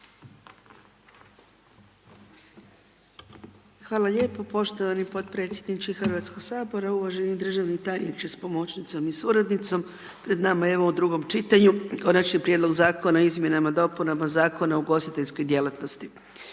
Hvala lijepo poštovani potpredsjedniče Hrvatskoga sabora. Uvaženi državni tajniče sa pomoćnicom i suradnicom. Pred nama je evo u drugom čitanju Konačni prijedlog zakona o izmjenama i dopunama Zakona o ugostiteljskoj djelatnosti.